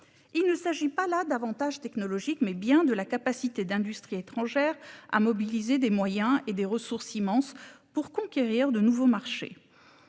il s'agit non pas d'avantages technologiques, mais bien de la capacité d'industries étrangères à mobiliser des moyens et des ressources immenses pour conquérir de nouveaux marchés.